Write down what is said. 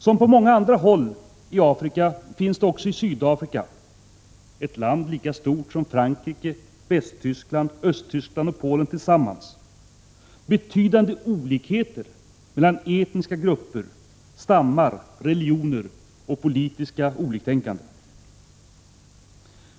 Som på många andra håll i Afrika finns det också i Sydafrika — ett land lika stort som Frankrike, Västtyskland, Östtyskland och Polen tillsammans — betydande olikheter mellan etniska grupper, stammar, religioner och politiskt olikttänkande.